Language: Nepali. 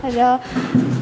र